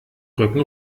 rücken